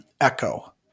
echo